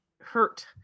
hurt